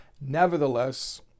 Nevertheless